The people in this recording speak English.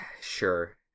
Sure